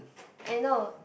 I know